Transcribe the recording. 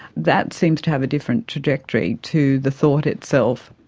that seems to have a different trajectory to the thought itself.